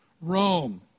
Rome